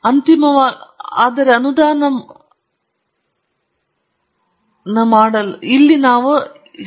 ಚಿದಂಬರಂ ನಮ್ಮ ಅಧ್ಯಕ್ಷರಾಗಿದ್ದಾಗ ನಾನು ಯುಎಸ್ಗೆ ಹೋಗಬೇಕೆಂದು ನಾನು ನಿರ್ದೇಶಕರಾಗಿ ಬಂದಾಗ ಯುನಿವರ್ಸಿಟಿ ರಿಸರ್ಚ್ ಪಾರ್ಕ್ಸ್ ಅಸೋಸಿಯೇಷನ್ ಸಭೆಯಲ್ಲಿ ಹಾಜರಾಗಲು ನಾನು ಬಯಸುತ್ತೇನೆ